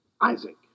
Isaac